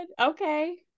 Okay